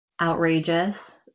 outrageous